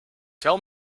tell